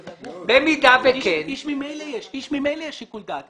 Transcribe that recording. לגבי האיש ממילא יש שיקול דעת.